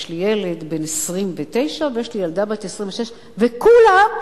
יש לי ילד בן 29 ויש לי ילדה בת 26. וכולם,